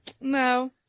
No